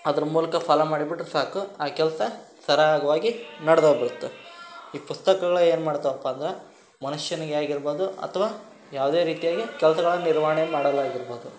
ಅದ್ರ ಮೂಲಕ ಫಾಲೋ ಮಾಡ್ಬಿಟ್ರೆ ಸಾಕು ಆ ಕೆಲಸ ಸರಾಗವಾಗಿ ನಡ್ದೋಬಿಡುತ್ತೆ ಈ ಪುಸ್ತಕಗಳು ಏನುಮಾಡ್ತವಪ್ಪ ಅಂದ್ರೆ ಮನುಷ್ಯನಿಗೆ ಆಗಿರ್ಬೋದು ಅಥ್ವಾ ಯಾವುದೇ ರೀತಿಯಾಗಿ ಕೆಲ್ಸಗಳನ್ನು ನಿರ್ವಹಣೆಯನ್ ಮಾಡೋದಾಗಿರ್ಬೋದು